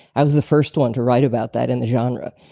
i was the first one to write about that in the genre.